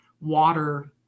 water